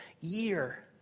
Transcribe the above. year